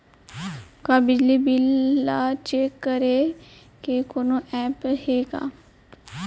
का बिजली बिल ल चेक करे के कोनो ऐप्प हे का?